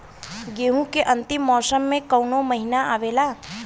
गेहूँ के अंतिम मौसम में कऊन महिना आवेला?